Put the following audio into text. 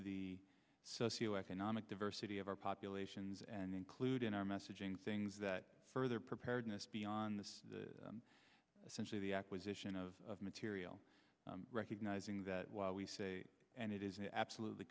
the socioeconomic diversity of our populations and include in our messaging things that further preparedness beyond essentially the acquisition of material recognizing that while we say and it is absolutely